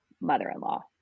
mother-in-law